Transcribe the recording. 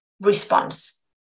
response